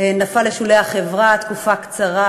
נפל לשולי החברה לתקופה קצרה,